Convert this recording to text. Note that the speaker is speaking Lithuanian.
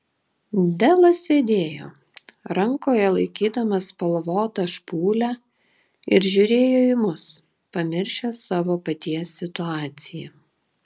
delas sėdėjo rankoje laikydamas spalvotą špūlę ir žiūrėjo į mus pamiršęs savo paties situaciją